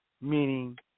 meaning